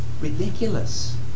ridiculous